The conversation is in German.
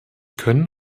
können